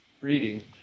reading